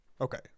okay